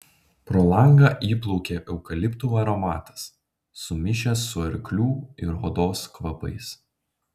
pro langą įplaukė eukaliptų aromatas sumišęs su arklių ir odos kvapais